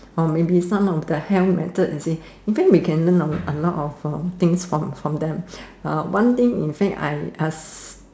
or maybe some of the hell method you see you can learn a lot of things from them one thing inside I ask